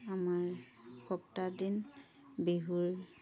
আমাৰ সপ্তাহ দিন বিহুৰ